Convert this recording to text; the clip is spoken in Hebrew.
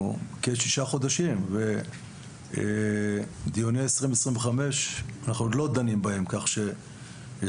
הוא כשישה חודשים ואנחנו עוד לא דנים בדיוני 2025 כך שתמיד